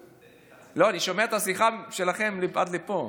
לא, אני שומע את השיחה שלכם עד לפה.